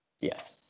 Yes